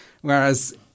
whereas